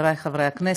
חבריי חברי הכנסת,